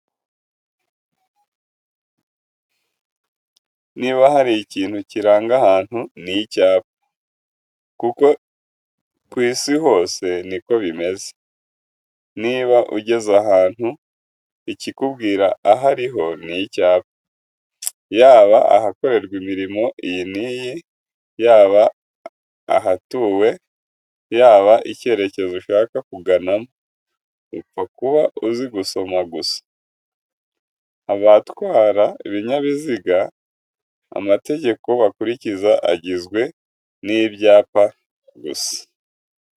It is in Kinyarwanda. Niba hari ikintu kiranga ahantu ni icyapa. Ku Isi hose ni ko bimeze. Niba ugeze ahantu, ikikubwira aho ari ho ni icyapa. Yaba ahokorerwa imirimo iyi n'iyi, yaba ahatuwe, yaba icyerekezo ushaka kuganamo, upfa kuba uzi gusoma gusa. Abatwara ibinyabiziga, amategeko bakurikiza agizwe n'ibyapa gusa.